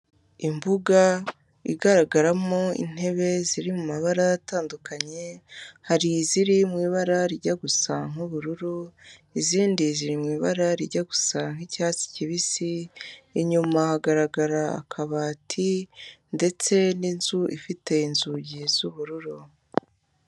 Imbuga igaragaramo intebe ziri mu mabara atandukanye, hari iziri mu ibara rijya gusa nk'ubururu izindi ziri mu ibara rijya gusa nk'icyatsi kibisi, inyuma hagaragara akabati ndetse n'inzu ifite inzugi z'ubururu.